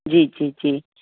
जी जी जी